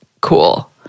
cool